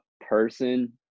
person